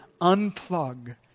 unplug